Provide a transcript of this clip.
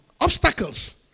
obstacles